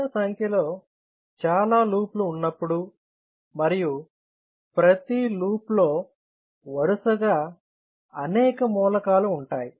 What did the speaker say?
చిన్న సంఖ్యలో చాలా లూప్లు ఉన్నప్పుడు మరియు ప్రతి లూప్లో వరుసగా అనేక మూలకాలు ఉంటాయి